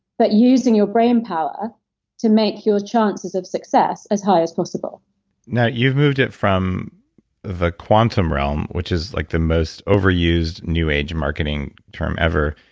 but using your brain power to make your chances of success as high as possible now you've moved it from the quantum real, um which is like the most overused new age marketing term ever,